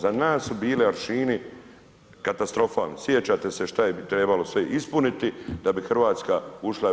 Za naš su bili aršini katastrofalni, sjećate se što je trebalo sve ispuniti da bi Hrvatska ušla u EU.